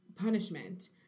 punishment